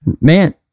man